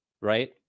right